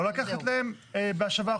לא לקחת להם בהשבה אחורה,